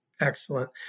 Excellent